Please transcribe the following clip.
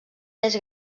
més